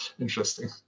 interesting